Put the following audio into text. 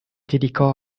dedicò